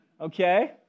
Okay